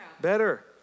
Better